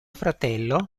fratello